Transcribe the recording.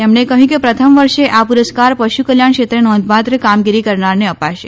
તેમણે કહ્યું કે પ્રથમ વર્ષે આ પુરસ્કા ર પશુ કલ્યાણ ક્ષેત્રે નોંધપાત્ર કામગીરી કરનારને અપાશે